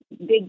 big